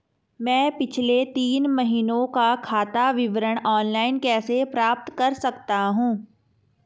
मैं पिछले तीन महीनों का खाता विवरण ऑनलाइन कैसे प्राप्त कर सकता हूं?